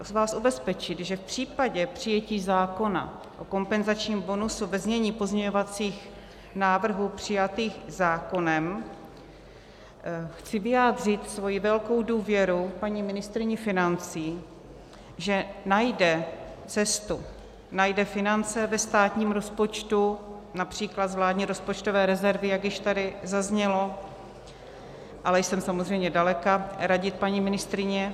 Chci vás ubezpečit, že v případě přijetí zákona o kompenzačním bonusu ve znění pozměňovacích návrhů přijatých Senátem chci vyjádřit svou velkou důvěru paní ministryni financí, že najde cestu, najde finance ve státním rozpočtu, např. ve vládní rozpočtové rezervě, jak již tady zaznělo, ale jsem samozřejmě daleka toho radit paní ministryni.